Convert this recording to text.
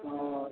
ᱦᱳᱭ